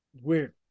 Weird